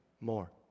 more